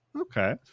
Okay